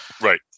Right